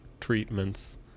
treatments